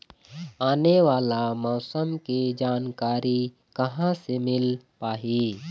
आने वाला मौसम के जानकारी कहां से मिल पाही?